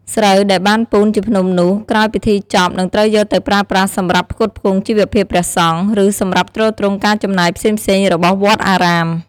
ស្រូវដែលបានពូនជាភ្នំនោះ ក្រោយពិធីចប់ នឹងត្រូវយកទៅប្រើប្រាស់សម្រាប់ផ្គត់ផ្គង់ជីវភាពព្រះសង្ឃ ឬសម្រាប់ទ្រទ្រង់ការចំណាយផ្សេងៗរបស់វត្តអារាម។